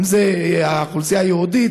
אם זה האוכלוסייה היהודית,